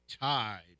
tied